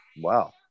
Wow